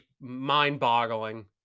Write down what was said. mind-boggling